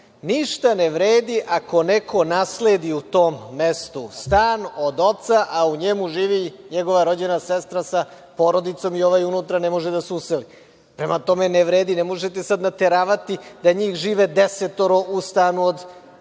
Ništa ne vredi ako neko nasledi u tom mestu stan od oca, a u njemu živi njegova rođena sestra sa porodicom i ovaj unutra ne može da se useli. Prema tome, ne vredi, ne možete sad terati da njih 10 žive u stanu od 35